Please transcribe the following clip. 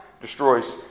Destroys